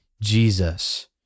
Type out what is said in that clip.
Jesus